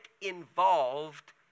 involved